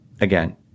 again